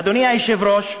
אדוני היושב-ראש,